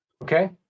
Okay